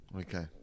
Okay